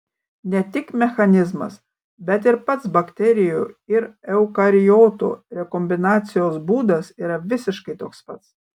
ne tik mechanizmas bet ir pats bakterijų ir eukariotų rekombinacijos būdas yra visiškai toks pat